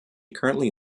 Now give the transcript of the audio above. currently